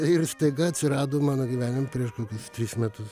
ir staiga atsirado mano gyvenime prieš kokius tris metus